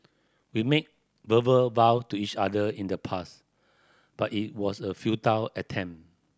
we made verbal vow to each other in the past but it was a futile attempt